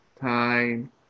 time